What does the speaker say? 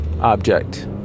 object